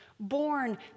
born